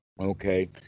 Okay